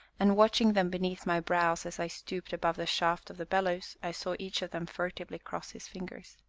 and, watching them beneath my brows as i stooped above the shaft of the bellows, i saw each of them furtively cross his fingers.